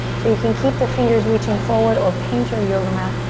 so you can keep the fingers reaching forward, or paint your yoga mat,